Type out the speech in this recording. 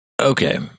Okay